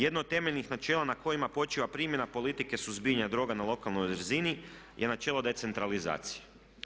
Jedno od temeljnih načela na kojima počiva primjena politike suzbijanja droga na lokalnoj razini je načelo decentralizacije.